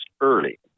early